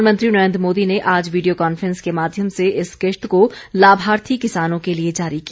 प्रधानमंत्री नरेन्द्र मोदी ने आज वीडियो कॉन्फ्रेंस के माध्यम से इस किश्त को लाभार्थी किसानों के लिए जारी किया